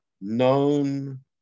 known